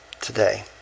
today